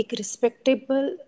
respectable